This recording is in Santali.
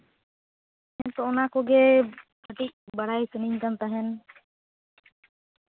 ᱦᱮᱸ ᱛᱚ ᱚᱱᱟ ᱠᱚᱜᱮ ᱠᱟᱹᱴᱤᱡ ᱵᱟᱲᱟᱭ ᱥᱟᱱᱟᱧ ᱠᱟᱱ ᱛᱟᱦᱮᱱ